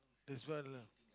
that's why lah